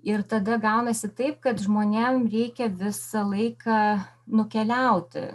ir tada gaunasi taip kad žmonėm reikia visą laiką nukeliauti